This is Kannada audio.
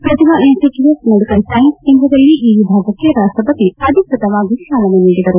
Pratima institute of medical science ಕೇಂದ್ರದಲ್ಲಿ ಈ ವಿಭಾಗಕ್ಕೆ ರಾಷ್ಷಪತಿ ಅಧಿಕೃತವಾಗಿ ಚಾಲನೆ ನೀಡಿದರು